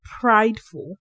prideful